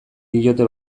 diote